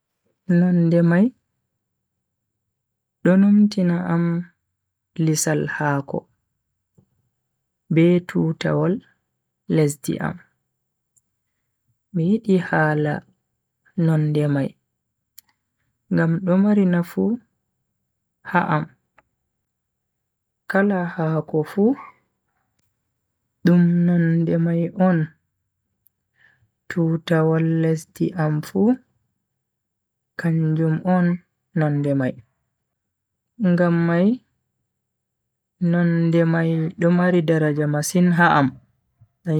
Nonde mai do numtina am lisal hako. be tutawal lesdi am. mi yidi hala nonde mai ngam do mari nafu ha am. kala haako fu dum nonde mai on tutawal lesdi am fu kanjum on nonde mai. ngam mai nonde mai do mari daraja masin ha am.